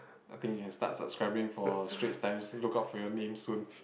I think you can start subscribing for Straits Times look out for your name soon